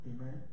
amen